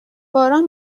باران